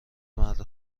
مرد